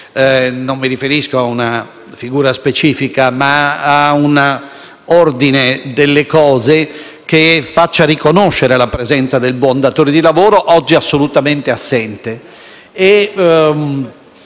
non mi riferisco ad un figura specifica, ma ad un ordine delle cose che faccia riconoscere la presenza del buon datore di lavoro oggi assolutamente assente.